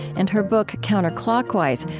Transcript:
and her book, counterclockwise,